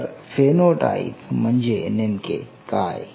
तर फेनोटाइप म्हणजे नेमके काय